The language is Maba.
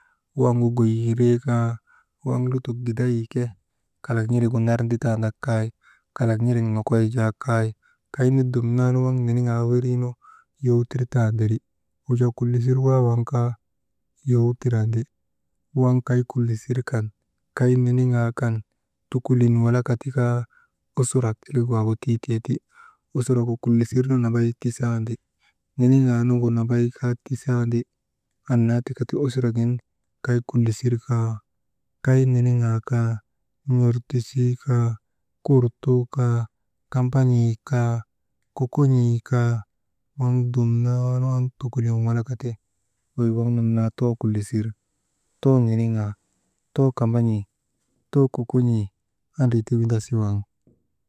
Waŋgu goyiiree kaa waŋ lutok giday ke kalak n̰iligu nar nditaadak kay, kalak n̰ilik nokoy jaa kay, kaynu dumnaanu waŋ niniŋaa weriinu yow tirtanderi, wujaa kulisir waa waŋ kaa yow tirandi, waŋ kay kulisir kan, kay niniŋaa kan, tukulin walaka tikaa usurak irik waagu tii tee ti, usuragu kullisirnu nambay tisandi, niniŋaa nuŋgu nambay kaa tisandi, annaa tika ti usuragin kay kulisir kaa, kay niniŋaa kaa n̰ortisii kaa, kurtuu kaa, kamban̰ii kaa, kokon̰ii kaa waŋ dumnaanu an tukulin walakati wey waŋ nun naa too kullisir, too niniŋaa, too kamban̰ii, too kokon̰ii andri ti windasi waŋ.